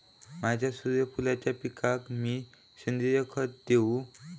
माझ्या सूर्यफुलाच्या पिकाक मी सेंद्रिय खत देवू?